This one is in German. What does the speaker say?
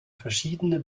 verschiedene